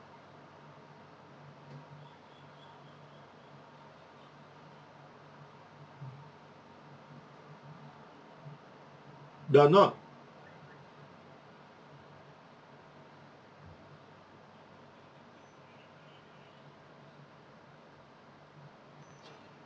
they're not